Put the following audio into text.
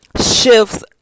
shifts